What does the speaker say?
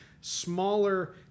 smaller